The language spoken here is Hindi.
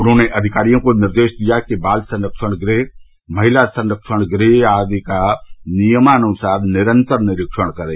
उन्होंने अधिकारियों को निर्देश दिया कि बाल संरक्षण गृह महिला संरक्षण गृह आदि का नियमानुसार निरन्तर निरीक्षण करें